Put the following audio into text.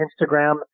Instagram